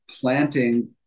planting